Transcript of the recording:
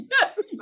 Yes